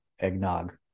eggnog